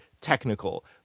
technical